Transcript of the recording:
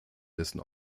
dessen